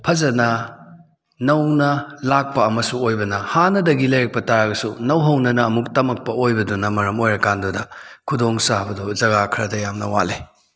ꯐꯖꯅ ꯅꯧꯅ ꯂꯥꯛꯄ ꯑꯃꯁꯨ ꯑꯣꯏꯕꯅ ꯍꯥꯟꯅꯗꯒꯤ ꯂꯩꯔꯛꯄ ꯇꯥꯔꯒꯁꯨ ꯅꯧꯍꯧꯅꯅ ꯑꯃꯨꯛ ꯇꯝꯃꯛꯄ ꯑꯣꯏꯕꯗꯨꯅ ꯃꯔꯝ ꯑꯣꯏꯔ ꯀꯥꯟꯗꯨꯗ ꯈꯨꯗꯣꯡ ꯆꯥꯕꯗꯣ ꯖꯥꯒꯥ ꯈꯔꯗ ꯌꯥꯝꯅ ꯋꯥꯠꯂꯤ